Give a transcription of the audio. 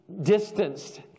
distanced